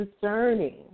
discerning